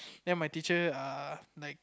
then my teacher err like